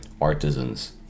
artisans